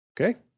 okay